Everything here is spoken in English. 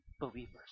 believers